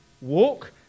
Walk